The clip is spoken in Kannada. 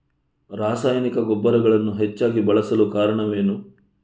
ರಾಸಾಯನಿಕ ಗೊಬ್ಬರಗಳನ್ನು ಹೆಚ್ಚಾಗಿ ಬಳಸಲು ಕಾರಣವೇನು?